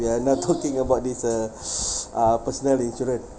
we're now talking about this uh uh personal insurance